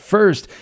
First